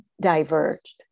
diverged